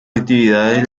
actividades